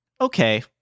okay